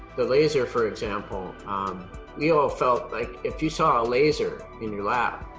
the laser for example um we all felt like if you saw a laser in your lab